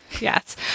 Yes